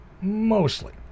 mostly